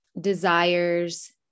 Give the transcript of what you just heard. desires